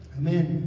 amen